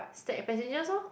stack passengers lor